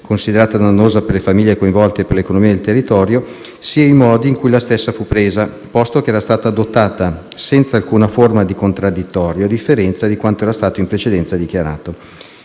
considerata dannosa per le famiglie coinvolte e l'economia del territorio, sia i modi in cui la stessa fu presa, posto che era stata adottata senza alcuna forma di contraddittorio, a differenza di quanto era stato in precedenza dichiarato.